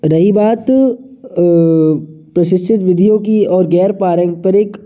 रही बात प्रशिक्षित विधियों की और गैर पारंपरिक